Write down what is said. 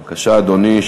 בבקשה, אדוני.